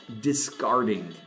discarding